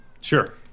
Sure